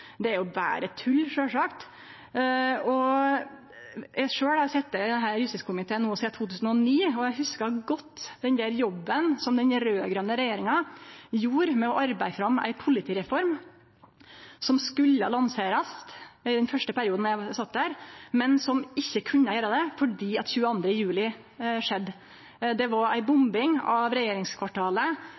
Det er sjølvsagt berre tull. Eg har sjølv sete i justiskomiteen sidan 2009, og eg hugsar godt jobben som den raud-grøne regjeringa gjorde med å arbeide fram ei politireform som skulle lanserast i den første perioden då eg sat der, men som ikkje kunne gjerast på grunn av det som skjedde 22. juli. Bombing av regjeringskvartalet